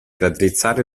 raddrizzare